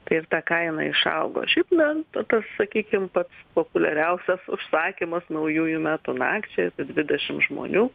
tai ir kaina išaugo šiaip na tas sakykim pats populiariausias užsakymas naujųjų metų naktčiai apie dvidešim žmonių